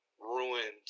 ruined